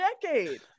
decade